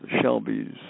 Shelby's